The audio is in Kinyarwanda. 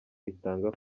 itanga